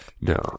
No